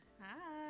Hi